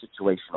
situational